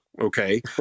Okay